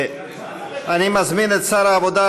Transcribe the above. אני מזמין את שר העבודה,